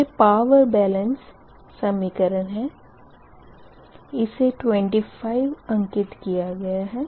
यह power balance समीकरण है इसे 25 अंकित किया गया है